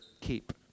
keep